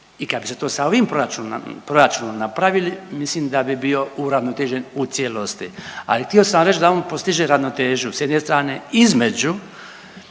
i kada bi se to sa ovim proračunom napravili mislim da bi bio uravnotežen u cijelosti. Ali htio sam vam reć da on postiže ravnotežu s jedne strane između